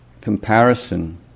comparison